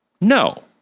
no